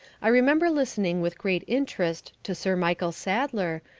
i remember listening with great interest to sir michael sadler,